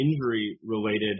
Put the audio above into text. injury-related